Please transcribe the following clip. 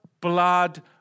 blood